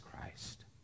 Christ